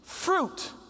fruit